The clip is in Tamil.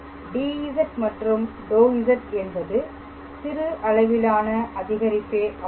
dz மற்றும் ∂z என்பது சிறு அளவிலான அதிகரிப்பே ஆகும்